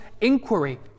inquiry